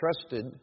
trusted